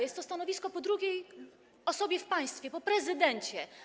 Jest to stanowisko po drugiej osobie w państwie, po prezydencie.